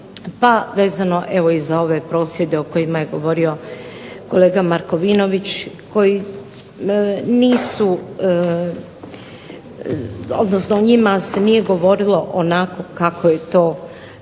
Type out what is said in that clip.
pa vezano evo i za ove prosvjede o kojima je govorio kolega Markovinović koji nisu odnosno o njima se nije govorilo onako kako je to bilo